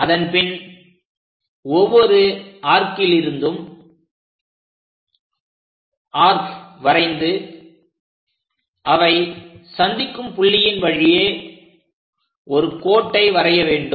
அதன் பின் ஒவ்வொரு ஆர்க்கிலிருந்தும் ஆர்க் வரைந்து அவை சந்திக்கும் புள்ளியின் வழியே ஒரு கோட்டை வரையவேண்டும்